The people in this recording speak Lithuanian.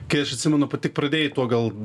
kai aš atsimenu pat tik pradėjai tuo gal